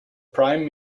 prime